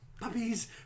Puppies